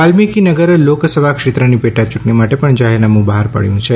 વાલ્મીકીનગર લોકસભાક્ષેત્રની પેટાચૂંટણી માટે પણ જાહેરનામું બહાર પડચું છે